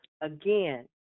again